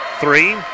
Three